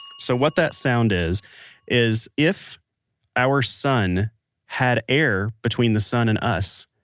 so, what that sound is is, if our sun had air between the sun and us,